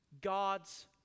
God's